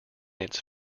its